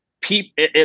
people